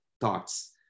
thoughts